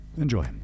enjoy